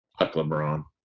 LeBron